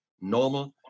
normal